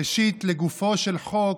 ראשית, לגופו של חוק: